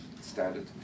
standard